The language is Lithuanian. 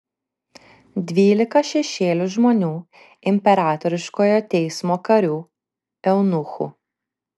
dvylika šešėlių žmonių imperatoriškojo teismo karių eunuchų